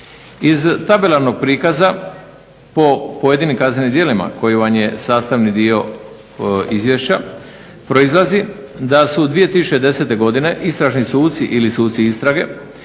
Iz tabelarnog prikaza po pojedinim kaznenim djelima koji vam je sastavni dio izvješća proizlazi da su 2010. godine istražni suci ili suci istrage